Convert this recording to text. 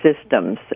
systems